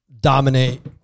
dominate